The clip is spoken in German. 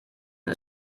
ist